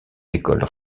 écoles